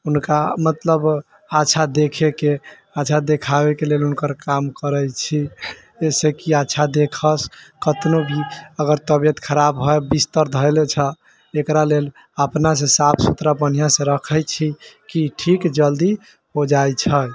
उनका मतलब अच्छा देखैके अच्छा देखाबैके लेल हुनकर काम करै छी जैसे कि अच्छा देखत कतनो भी अगर तबियत खराब हऽ बिस्तर धेले छऽ एकरा लेल अपनासँ साफ सुथरा बन्हियाँसँ राखै छी कि ठीक जल्दी हो जाइ छै